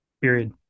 period